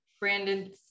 Brandon